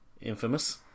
Infamous